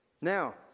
Now